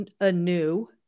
anew